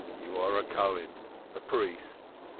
you are a cohen a priest.